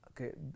Okay